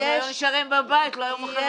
אם היו נשארים בבית לא היו מחנות עינויים.